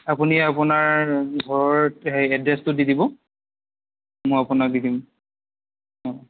আপুনি আপোনাৰ ঘৰত হেৰি এড্ৰেছটো দি দিব মই আপোনাক দি দিম